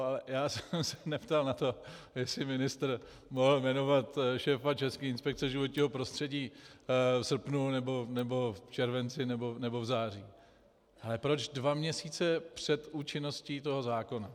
Ale já jsem se neptal na to , jestli ministr mohl jmenovat šéfa České inspekce životního prostředí v srpnu nebo v červenci nebo v září, ale proč dva měsíce před účinností toho zákona.